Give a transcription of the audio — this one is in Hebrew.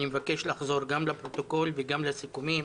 אני מבקש לחזור גם לפרוטוקול וגם לסיכומים